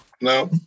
No